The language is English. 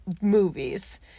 movies